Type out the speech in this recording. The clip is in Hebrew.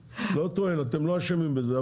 אתם לא אשמים בזה,